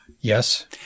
Yes